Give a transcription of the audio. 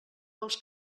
vols